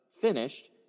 finished